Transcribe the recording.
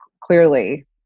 clearly